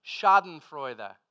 Schadenfreude